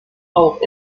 auch